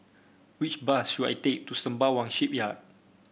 which bus should I take to Sembawang Shipyard